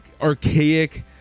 archaic